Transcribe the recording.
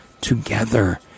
together